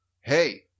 hey